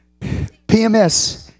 PMS